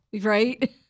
right